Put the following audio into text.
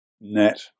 net